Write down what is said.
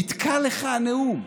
נתקע לך הנאום.